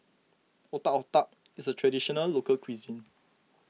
Otak Otak is a Traditional Local Cuisine